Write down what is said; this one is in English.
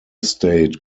state